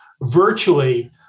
virtually